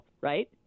right